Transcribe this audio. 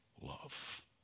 love